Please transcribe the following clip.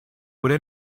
would